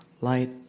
light